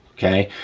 okay?